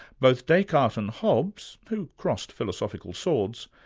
both descartes and hobbes, who crossed philosophical swords,